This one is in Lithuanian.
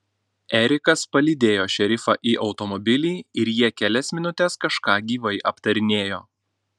erikas palydėjo šerifą į automobilį ir jie kelias minutes kažką gyvai aptarinėjo